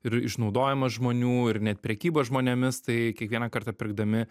ir išnaudojimas žmonių ir net prekyba žmonėmis tai kiekvieną kartą pirkdami